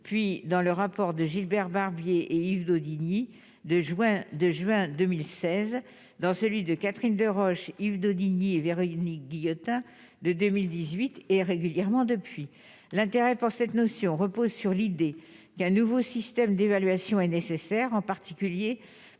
puis dans le rapport de Gilbert Barbier et Yves Daudigny, de joie, de juin 2016 dans celui de Catherine Deroche, Yves Daudigny et Véronique Guillotat de 2018 et régulièrement depuis, l'intérêt pour cette notion repose sur l'idée qu'un nouveau système d'évaluation est nécessaire, en particulier